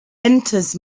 enters